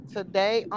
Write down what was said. Today